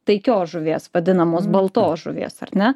taikios žuvies vadinamos baltos žuvies ar ne